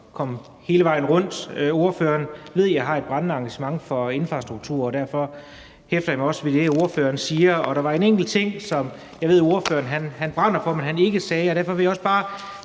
kom hele vejen rundt. Jeg ved, at ordføreren har et brændende engagement for infrastruktur, og derfor hæfter jeg mig også ved det, ordføreren siger. Der var en enkelt ting, som jeg ved ordføreren brænder for, men ikke sagde. Derfor vil jeg også bare